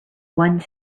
one